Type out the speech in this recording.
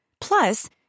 Plus